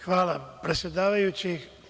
Hvala predsedavajući.